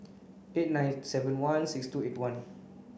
eight nine seven one six two eight one